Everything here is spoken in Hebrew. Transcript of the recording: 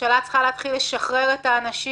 הממשלה צריכה להתחיל לשחרר את האנשים.